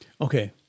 Okay